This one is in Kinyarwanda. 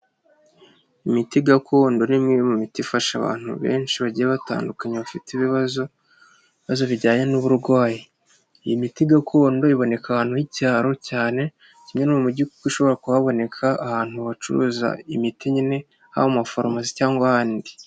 Imiti gakondo ni imwe mu miti ifasha abantu benshi bagiye batandukanya bafite ibibazo ibibazo bijyanye n'uburwayi, iyi miti gakondo iboneka ahantu h'icyaro cyane kimwe mujyi kuko ishobora kuhaboneka ahantu hacuruza imiti nyine haba amafarumasi cyangwa ahandi.